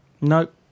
nope